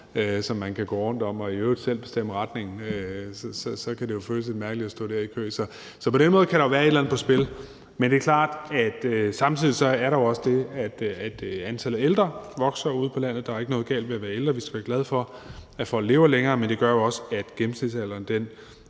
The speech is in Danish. som man kan gå rundt om, og i øvrigt selv kan bestemme retningen. Så kan det jo føles lidt mærkeligt at stå dér i kø. Så på den måde kan der jo være et eller andet på spil. Men det er klart, at der samtidig jo også er det, at antallet af ældre vokser ude på landet. Der er ikke noget galt med at være ældre; vi skal være glade for, at folk lever længere, men det gør jo også, at gennemsnitsalderen